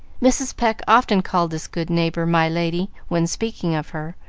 mrs. pecq often called this good neighbor my lady when speaking of her,